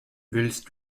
willst